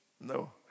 No